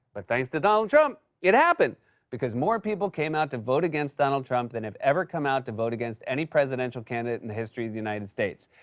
but thanks to donald trump, it happened because more people came out to vote against donald trump than have ever come out to vote against any presidential candidate in the history of the united states.